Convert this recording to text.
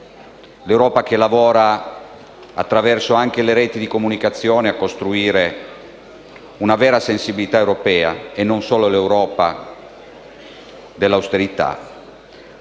quella che lavora anche attraverso le reti di comunicazione a costruire una vera sensibilità europea e non solo l'Europa dell'austerità